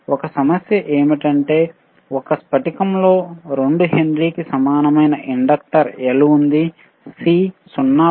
ఒక సమస్య ఏమిటంటే ఒక స్ఫటికం లో 2 హెన్రీకి సమానమైన ఇండక్టర్ L ఉంది C 0